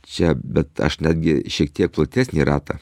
čia bet aš netgi šiek tiek platesnį ratą